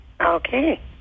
Okay